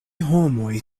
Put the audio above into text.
homoj